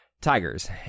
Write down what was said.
Tigers